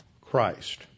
Christ